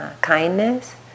Kindness